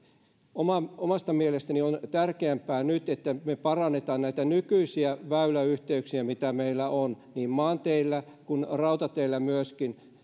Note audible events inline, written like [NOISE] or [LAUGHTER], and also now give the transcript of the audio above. omasta mielestäni on tärkeämpää nyt että me parannamme näitä nykyisiä väyläyhteyksiä mitä meillä on niin maanteillä kuin rautateillä myöskin [UNINTELLIGIBLE]